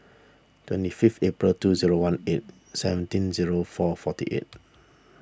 twenty fifth April two zero one eight seventeen zero four forty eight